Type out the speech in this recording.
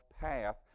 path